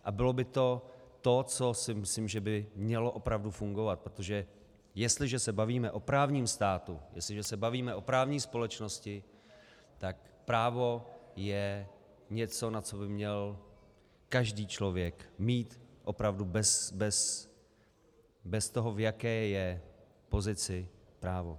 A bylo by to to, co si myslím, že by mělo opravdu fungovat, protože jestliže se bavíme o právním státu, jestliže se bavíme o právní společnosti, tak právo je něco, na co by měl každý člověk mít opravdu bez toho, v jaké je pozici, právo.